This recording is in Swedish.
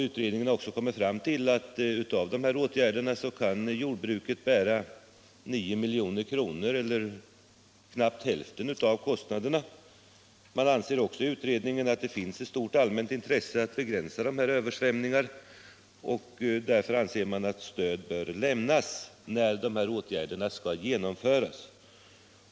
Utredningen har också kommit fram till att jordbruket kan bära 9 milj.kr. eller knappt hälften av dessa kostnader. Utredningen anser också att det finns ett stort allmänt intresse av att begränsa dessa översvämningar. Därför anser man att stöd bör lämnas när dessa åtgärder skall genomföras.